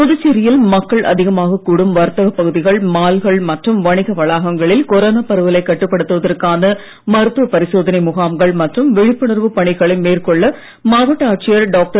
புதுச்சேரியில் மக்கள் அதிகமாகக் கூடும் வர்த்தகப் பகுதிகள் மால்கள் மற்றும் வணிக வளாகங்களில் கொரோனா பரவலைக் கட்டுப் படுத்துவதற்கான மருத்துவ பரிசோதனை முகாம்கள் மற்றும் விழிப்புணர்வுப் பணிகளை டாக்டர்